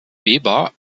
weber